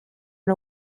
and